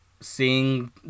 seeing